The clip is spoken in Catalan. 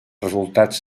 resultats